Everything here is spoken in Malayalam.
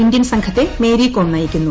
ഇന്ത്യൻ സംഘത്തെ മേരി കോം നയിക്കുന്നു